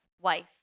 Wife